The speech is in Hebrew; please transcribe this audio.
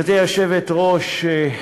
גברתי היושבת-ראש,